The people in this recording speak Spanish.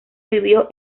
vivió